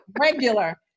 regular